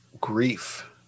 grief